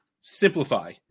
Simplify